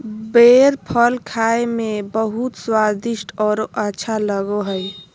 बेर फल खाए में बहुत स्वादिस्ट औरो अच्छा लगो हइ